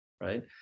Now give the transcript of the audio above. Right